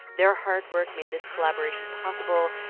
their hard work made this collaboration possible.